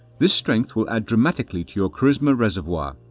this strength will add dramatically to your charisma reservoir.